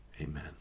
Amen